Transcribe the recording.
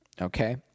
Okay